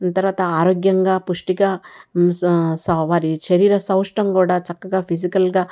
తర్వాత ఆరోగ్యంగా పుష్టిగా వారి శరీర సౌష్టం కూడా చక్కగా ఫిజికల్గా